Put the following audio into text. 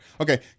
Okay